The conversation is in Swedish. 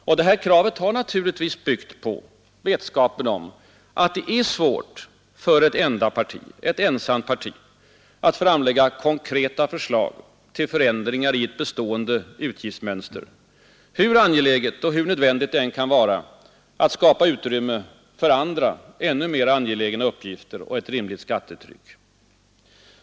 Och kravet har naturligtvis byggt på vetskapen om att det är svårt för ett enda parti att ensamt framlägga konkreta förslag till förändringar i ett bestående utgiftsmönster, hur angeläget och nödvändigt det än kan vara att skapa utrymme för andra ännu mera angelägna utgifter och ett rimligt skattetryck.